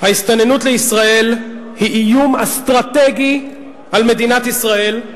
ההסתננות לישראל היא איום אסטרטגי על מדינת ישראל,